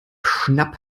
schnapp